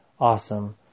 awesome